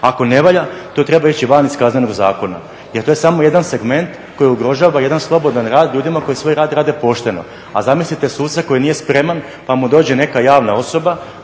Ako ne valja, to treba ići van iz Kaznenog zakona jer to je samo jedan segment koji ugrožava jedan slobodan rad ljudima koji svoj rad rade pošteno. A zamislite suca koji nije spreman pa mu dođe neka javna osoba,